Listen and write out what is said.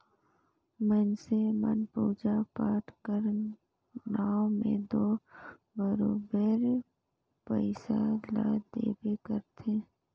मइनसे मन पूजा पाठ कर नांव में दो बरोबेर पइसा ल देबे करथे